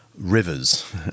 rivers